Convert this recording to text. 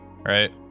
right